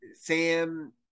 Sam